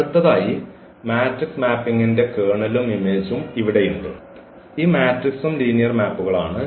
അടുത്തതായി മാട്രിക്സ് മാപ്പിംഗിന്റെ കേർണലും ഇമേജും ഇവിടെയുണ്ട് ഈ മാട്രിക്സും ലീനിയർ മാപ്പുകളാണ്